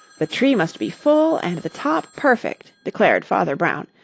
the tree must be full and the top perfect, declared father brown,